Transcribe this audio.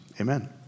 amen